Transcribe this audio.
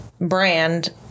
Brand